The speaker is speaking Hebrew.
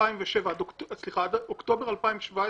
עד אוקטובר 2017,